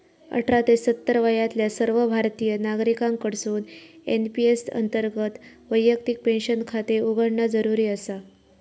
अठरा ते सत्तर वयातल्या सर्व भारतीय नागरिकांकडसून एन.पी.एस अंतर्गत वैयक्तिक पेन्शन खाते उघडणा जरुरी आसा